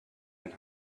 and